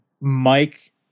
Mike